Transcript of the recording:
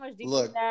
look